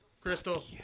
Crystal